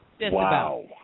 Wow